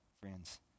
friends